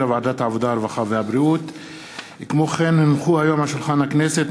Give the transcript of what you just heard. כי הונחו היום על שולחן הכנסת,